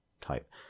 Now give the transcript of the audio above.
type